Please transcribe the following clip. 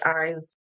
eyes